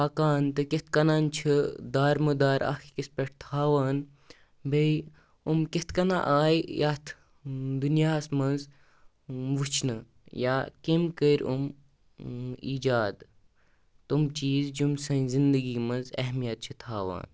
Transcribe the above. پَکان تہٕ کِتھٕ کٔنۍ چھِ دارمدار اَکھ أکِس پٮ۪ٹھ تھاوان بیٚیہِ یِم کِتھٕ کٔنۍ آیہِ یَتھ دُنیاہَس منٛز وُچھنہٕ یا کٔمۍ کٔرۍ یِم ایجاد تِم چیٖز یِم سٲنۍ زِنٛدگی منٛز اہمیت چھِ تھاوان